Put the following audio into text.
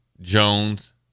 Jones